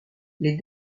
les